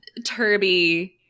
Turby